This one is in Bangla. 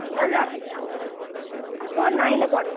এখন নাইনে পড়ে